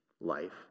life